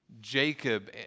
Jacob